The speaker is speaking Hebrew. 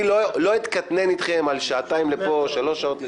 אני לא אתקטנן איתכם על שעתיים לפה או שלוש שעות לשם.